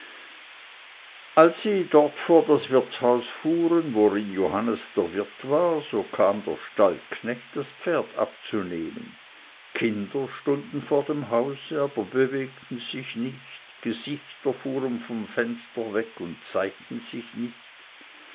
als sie dort vor das wirtshaus fuhren worin johannes der wirt war so kam der stallknecht das pferd abzunehmen kinder stunden vor dem hause aber bewegten sich nicht gesichter fuhren vom fenster weg und zeigten sich nicht